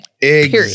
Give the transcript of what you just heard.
period